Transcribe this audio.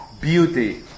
beauty